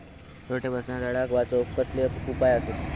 रोट्यापासून झाडाक वाचौक कसले उपाय आसत?